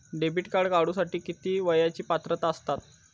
Debit card काढूसाठी किती वयाची पात्रता असतात?